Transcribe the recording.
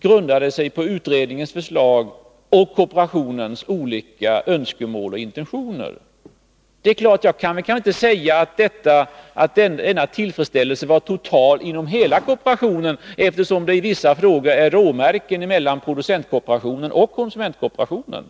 präglas av utredningens förslag och kooperationens olika önskemål och intentioner. Jag kan naturligtvis inte säga att tillfredsställelsen var total inom kooperationen — i vissa frågor finns det råmärken mellan producentkooperationen och konsumentkooperationen.